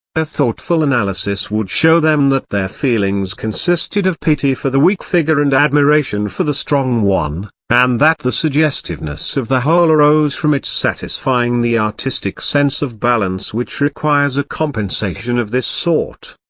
a thoughtful analysis would show them that their feelings consisted of pity for the weak figure and admiration for the strong one, and that the suggestiveness of the whole arose from its satisfying the artistic sense of balance which requires a compensation of this sort.